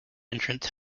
entrance